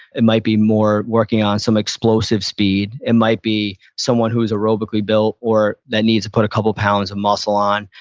it might be more working on some explosive speed. it might be someone who is aerobically built or that needs to put a couple of pounds of muscle on,